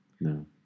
no